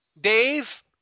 Dave